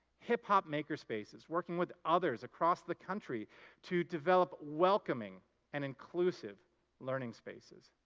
hip-hop maker space is working with others across the country to develop welcoming and inclusive learning spaces.